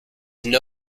taken